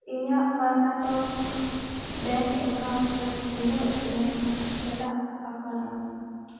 ᱤᱧᱟᱹᱜ Karnataka bank account ᱨᱮ ᱛᱤᱱᱟᱹᱜ ᱵᱮᱞᱮᱱᱥ ᱢᱮᱱᱟᱜ ᱟᱠᱟᱫᱟ